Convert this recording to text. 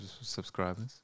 subscribers